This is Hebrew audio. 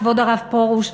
כבוד הרב פרוש,